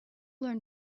learn